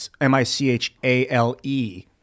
M-I-C-H-A-L-E